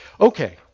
Okay